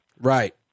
Right